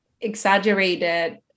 exaggerated